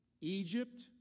Egypt